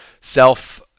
self